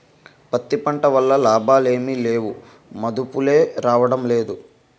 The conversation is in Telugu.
పత్తి పంట వల్ల లాభాలేమి లేవుమదుపులే రాడంలేదు